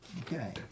Okay